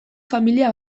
familia